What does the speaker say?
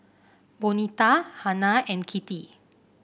Bonita Hanna and Kittie